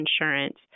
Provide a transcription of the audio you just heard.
insurance